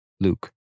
Luke